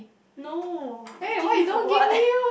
no give you for what